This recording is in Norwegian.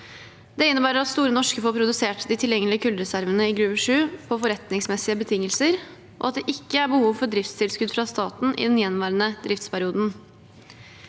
Det innebærer at Store Norske får produsert de tilgjengelige kullreservene i Gruve 7 på forretningsmessige betingelser, og at det ikke er behov for driftstilskudd fra staten i den gjenværende driftsperioden.